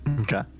Okay